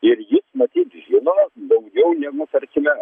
ir jis matyt žino daugiau negu tarkime